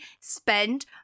spend